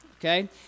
okay